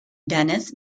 dennis